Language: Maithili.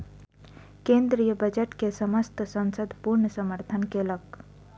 केंद्रीय बजट के समस्त संसद पूर्ण समर्थन केलक